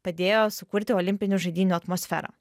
padėjo sukurti olimpinių žaidynių atmosferą